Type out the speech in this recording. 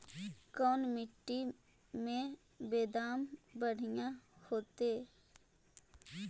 कोन मट्टी में बेदाम बढ़िया होतै?